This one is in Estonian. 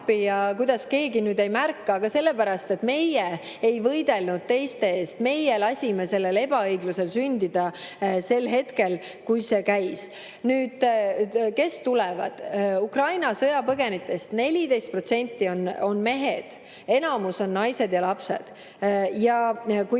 et kuidas keegi nüüd ei märka. Aga sellepärast, et meie ei võidelnud teiste eest, meie lasime sellel ebaõiglusel sündida sel hetkel, kui see käis. Nüüd, kes tulevad? Ukraina sõjapõgenikest 14% on mehed, enamus on naised ja lapsed. Ja kui